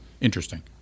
interesting